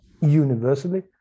universally